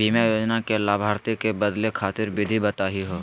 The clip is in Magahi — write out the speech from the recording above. बीमा योजना के लाभार्थी क बदले खातिर विधि बताही हो?